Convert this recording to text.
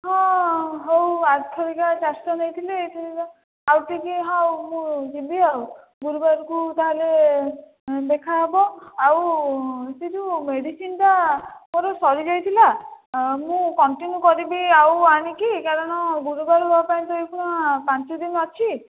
ହଁ ହେଉ ଆର ଥରିକା ଚାରିଶହ ନେଇଥିଲେ ଏ ଥରିକା ଆଉ ଟିକେ ହେଉ ମୁଁ ଯିବି ଆଉ ଗୁରୁବାରକୁ ତା'ହେଲେ ଦେଖା ହେବ ଆଉ ସେ ଯେଉଁ ମେଡ଼ିସିନଟା ମୋର ସରିଯାଇଥିଲା ମୁଁ କଣ୍ଟିନ୍ୟୁ କରିବି ଆଉ ଆଣିକି କାରଣ ଗୁରୁବାର ହେବାପାଇଁ ତ ଏହିଖୁଣା ପାଞ୍ଚ ଦିନ ଅଛି